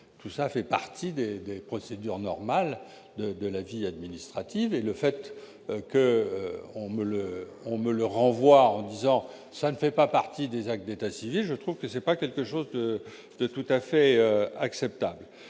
tout ça fait partie des des procédures normales de de la vie administrative et le fait que on me le on me le renvoie en disant ça ne fait pas partie des actes d'état civil, je trouve que c'est pas quelque chose de tout à fait acceptable,